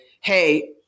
hey